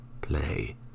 play